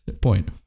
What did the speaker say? point